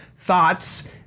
thoughts